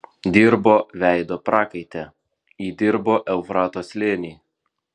dirbo veido prakaite įdirbo eufrato slėnį